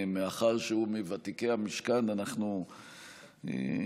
מאחר שהוא מוותיקי המשכן אנחנו משתדלים,